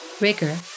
rigor